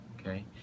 Okay